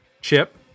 Chip